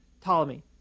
Ptolemy